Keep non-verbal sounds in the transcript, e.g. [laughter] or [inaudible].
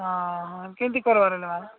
ହଁ କେମତି କରିବାର [unintelligible]